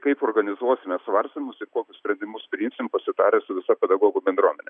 kaip organizuosime svarstymus ir kokius sprendimus priimsim pasitarę su visa pedagogų bendruomene